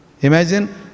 Imagine